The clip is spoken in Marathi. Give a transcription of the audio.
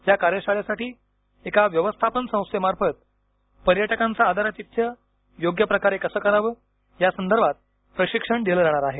या कार्यशाळेसाठी एका व्यवस्थापन संस्थेमार्फत पर्यटकांच आदरातिथ्य योग्य प्रकारे कसं करावं यासंदर्भात प्रशिक्षण दिलं जाणार आहे